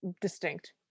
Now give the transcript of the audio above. distinct